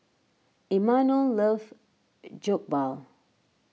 Imanol loves Jokbal